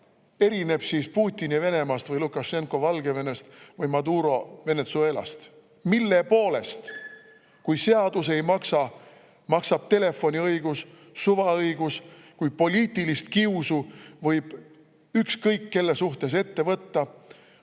erineb siis Putini Venemaast või Lukašenka Valgevenest või Maduro Venezuelast? Mille poolest, kui seadus ei maksa? Maksab telefoniõigus, suvaõigus, poliitilist kiusu võib ükskõik kelle suhtes [ajada],